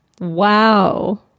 wow